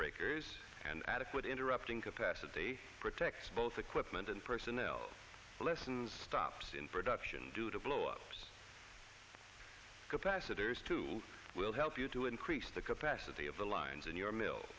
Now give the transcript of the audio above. breakers and adequate interrupting capacity protects both equipment and personnel lessens stops in production due to flow of capacitors to will help you to increase the capacity of the lines in your m